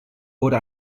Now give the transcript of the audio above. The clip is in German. wurde